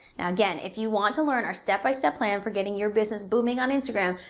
now again if you want to learn our step by step plan for getting your business booming on instagram,